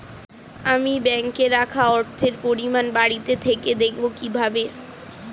আমি ব্যাঙ্কে রাখা অর্থের পরিমাণ বাড়িতে থেকে দেখব কীভাবে?